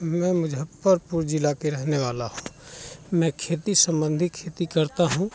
मैं मुजफ्फरपुर जिले का रहने वाला हूँ मैं खेती संबंधी खेती करता हूँ